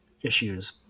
issues